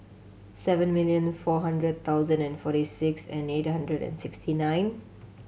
seven million four hundred thousand and forty six and eight hundred and sixty nine